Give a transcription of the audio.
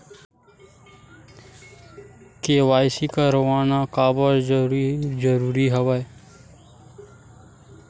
KYC करवाना काबर जरूरी हवय?